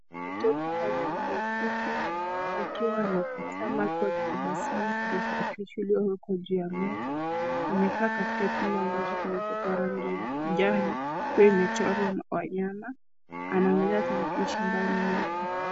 Mtoto ana nywele fupi akiwa anatazama huku aki tabasamu kwenye tarakilishi ilio wekwa juu ya meza. Amekaa katika chumba ambacho kimepakwa rangi ya kijani ikiwa imechorwa wanyama ana angalia tarakilishi ambayo ni nyeupe.